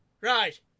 Right